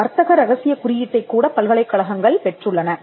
வர்த்தக ரகசியக் குறியீட்டைக் கூடப் பல்கலைக்கழகங்கள் பெற்றுள்ளன